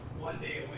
one day